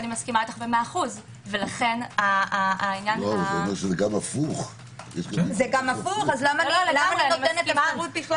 זה גם הפוך, אז למה אני נותנת אפשרות?